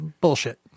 Bullshit